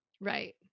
Right